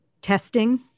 testing